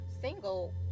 single